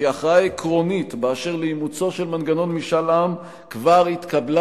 כי ההכרעה העקרונית באשר לאימוצו של מנגנון משאל העם כבר התקבלה